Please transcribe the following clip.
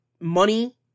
money